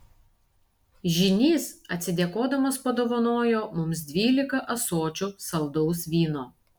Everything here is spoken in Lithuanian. žynys atsidėkodamas padovanojo mums dvylika ąsočių saldaus vyno